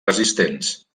resistents